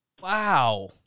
Wow